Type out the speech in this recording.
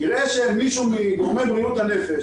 לראות שמישהו מגורמי בריאות הנפש,